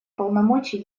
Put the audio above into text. полномочий